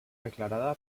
declarada